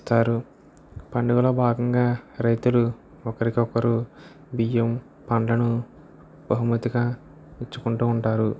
ఇస్తారు పండుగలో భాగంగా రైతులు ఒకరికొకరు బియ్యం పండ్లను బహుమతిగా ఇచ్చుకుంటూ వుంటారు